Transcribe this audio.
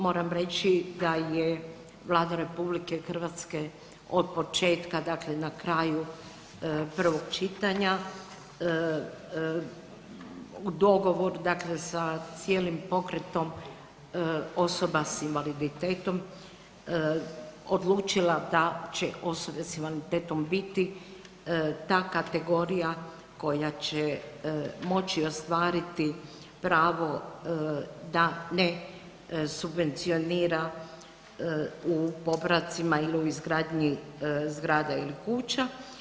Moram reći da je Vlada RH od početka dakle na kraju prvog čitanja dogovor sa cijelim pokretom osoba s invaliditetom odlučila da će osobe s invaliditetom biti ta kategorija koja će moći ostvariti pravo da ne subvencionira u popravcima ili u izgradnji zgrada ili kuća.